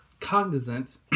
cognizant